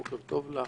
בוקר טוב לך,